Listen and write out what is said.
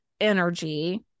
energy